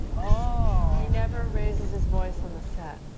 ohh he never raises his voice on the set,